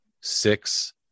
six